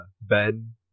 Ben